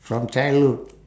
from childhood